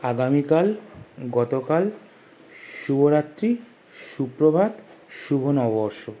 আগামীকাল গতকাল শুভরাত্রি সুপ্রভাত শুভ নববর্ষ